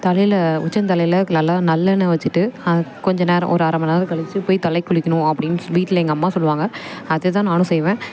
தலையில் உச்சந் தலையில் நல்லா நல்லெண்ணெய் வச்சுட்டு கொஞ்ச நேரம் ஒரு அரை மணி நேரம் கழிச்சி போய் தலைக்கு குளிக்கணும் அப்படின்னு சொல்லி வீட்டில் எங்கள் அம்மா சொல்லுவாங்க அதை தான் நானும் செய்வேன்